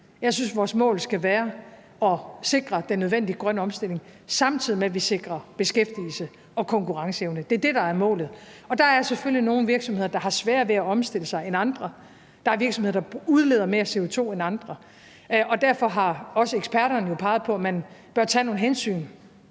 Jeg synes, vores mål skal være at sikre den nødvendige grønne omstilling, samtidig med at vi sikrer beskæftigelse og konkurrenceevne. Det er det, der er målet. Der er selvfølgelig nogle virksomheder, der har sværere ved at omstille sig end andre, og der er virksomheder, der udleder mere CO2 end andre, og derfor har også eksperterne jo peget på, at man bør tage nogle hensyn